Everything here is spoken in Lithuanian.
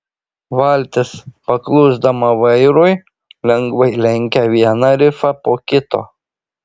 valtis paklusdama vairui lengvai lenkė vieną rifą po kito